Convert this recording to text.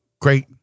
Great